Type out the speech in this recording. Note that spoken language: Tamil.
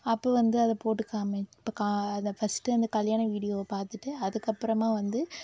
அப்போ வந்து அதை போட்டு காமி அதை ஃபஸ்ட்டு அந்த கல்யாண வீடியோ பார்த்துட்டு அதுக்கப்புறமா வந்து